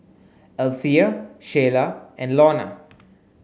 Althea Sheyla and Launa